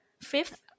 Fifth